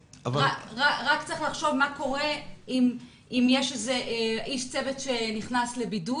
- צריך לחשוב מה קורה אם יש איש צוות שנכנס לבידוד.